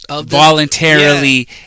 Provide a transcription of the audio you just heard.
voluntarily